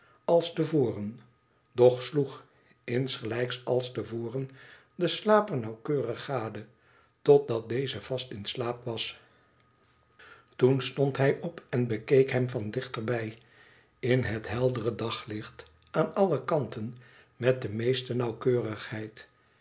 als te voren doch sloeg insgelijks als te voren den slaper nauwkeurig gade totdat deze vast in slaap was toen stond hij op en bekeek hem van dichterbij in het heldere daglicht aan alle kanten met de meeste nauwkeurigheid